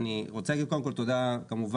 אני רוצה להגיד קודם כל תודה כמובן